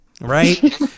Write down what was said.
right